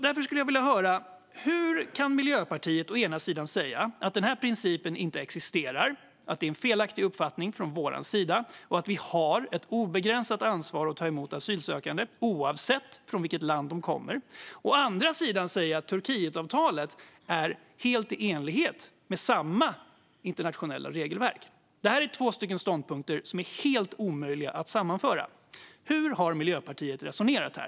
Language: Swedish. Därför skulle jag vilja höra hur Miljöpartiet å ena sidan kan säga att den här principen inte existerar, att det är en felaktig uppfattning från vår sida och att vi har ett obegränsat ansvar att ta emot asylsökande, oavsett från vilket land de kommer, och å andra sidan kan säga att Turkietavtalet är helt i enlighet med samma internationella regelverk. Det här är två ståndpunkter som är helt omöjliga att sammanföra. Hur har Miljöpartiet resonerat här?